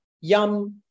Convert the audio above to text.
yum